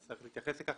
שצריך להתייחס לכך,